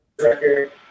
Record